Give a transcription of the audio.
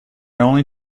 only